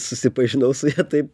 susipažinau su ja tai